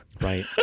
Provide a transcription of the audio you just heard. right